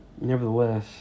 Nevertheless